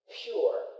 pure